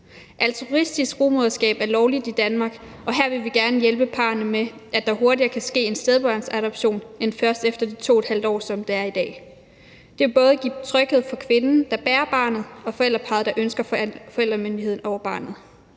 Altruistisk rugemoderskab er lovligt i Danmark, og her vil vi gerne hjælpe parrene med, at der kan ske en spædbørnsadoption hurtigere end først efter de 2½ år, som det er i dag. Det vil både give tryghed for kvinden, der bærer barnet, og forældreparret, der ønsker forældremyndigheden over barnet.